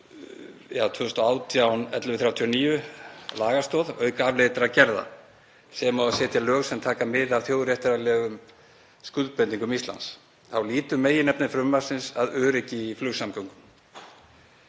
nr. 2018/1139 lagastoð, auk afleiddra gerða, sem á að setja lög sem taka mið af þjóðréttarlegum skuldbindingum Íslands. Þá lýtur meginefni frumvarpsins að öryggi í flugsamgöngum.